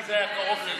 כי זה היה קרוב לליבו.